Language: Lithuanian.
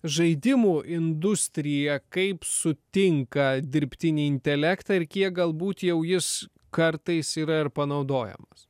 žaidimų industrija kaip sutinka dirbtinį intelektą ir kiek galbūt jau jis kartais yra ir panaudojamas